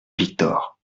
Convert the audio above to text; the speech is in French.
victor